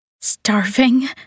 Starving